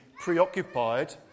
preoccupied